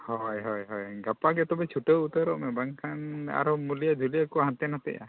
ᱦᱳᱭ ᱦᱳᱭ ᱦᱳᱭ ᱜᱟᱯᱟ ᱜᱮ ᱛᱚᱵᱮ ᱪᱷᱩᱴᱟᱹᱣ ᱩᱛᱟᱹᱨᱚᱜ ᱢᱮ ᱵᱟᱝᱠᱷᱟᱱ ᱟᱨᱚ ᱢᱩᱞᱤᱭᱟᱹ ᱫᱷᱩᱞᱤᱭᱟᱹ ᱠᱚ ᱦᱟᱱᱛᱮ ᱱᱟᱛᱮᱜᱼᱟ